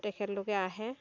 তেখেতলোকে আহে